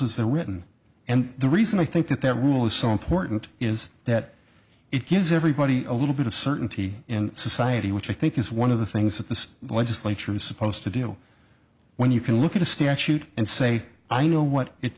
they're written and the reason i think that that rule is so important is that it gives everybody a little bit of certainty in society which i think is one of the things that the legislature is supposed to deal when you can look at a statute and say i know what it